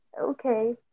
Okay